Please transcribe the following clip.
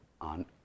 on